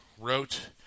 wrote